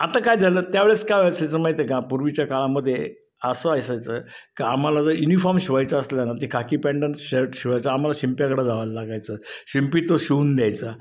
आता काय झालं त्यावेळेस काय व्हायचं ज माहिती आहे का पूर्वीच्या काळामध्ये असं असायचं का आम्हाला जर युनिफॉर्म शिवायचा असला ना ती खाकी पँट आणि शर्ट शिवायचं आमाला शिंप्याकडं जायला लागायचं शिंपी तो शिवून द्यायचा